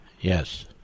Yes